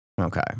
Okay